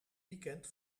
weekend